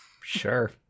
sure